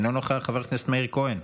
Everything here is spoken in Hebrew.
אינו נוכח, חבר הכנסת מאיר כהן,